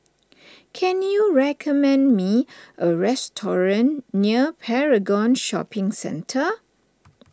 can you recommend me a restaurant near Paragon Shopping Centre